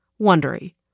Wondery